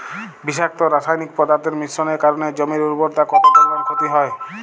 বিষাক্ত রাসায়নিক পদার্থের মিশ্রণের কারণে জমির উর্বরতা কত পরিমাণ ক্ষতি হয়?